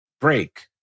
break